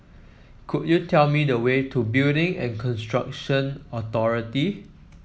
could you tell me the way to Building and Construction Authority